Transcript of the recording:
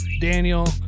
Daniel